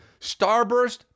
Starburst